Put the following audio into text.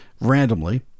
randomly